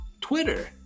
Twitter